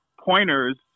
pointers